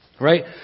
Right